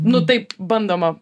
nu taip bandoma